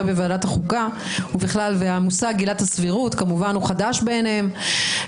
בוועדת החוקה והמושג עילת הסבירות כמובן הוא חדש בעיניהם,